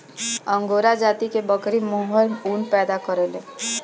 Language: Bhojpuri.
अंगोरा जाति कअ बकरी मोहेर ऊन पैदा करेले